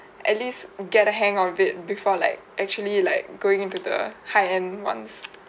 at least get a hang of it before like actually like going into the high-end ones